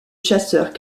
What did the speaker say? chasseurs